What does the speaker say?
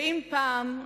ואם פעם,